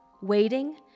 waiting